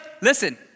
Listen